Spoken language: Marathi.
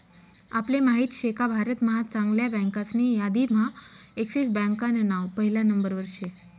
आपले माहित शेका भारत महा चांगल्या बँकासनी यादीम्हा एक्सिस बँकान नाव पहिला नंबरवर शे